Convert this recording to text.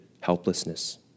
helplessness